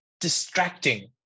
distracting